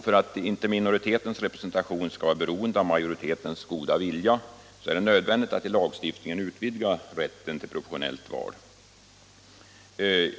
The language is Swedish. För att inte minoritetens representation skall vara beroende av majoritetens goda vilja är det nödvändigt att i lagstiftningen utvidga rätten till proportionellt val.